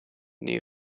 new